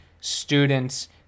students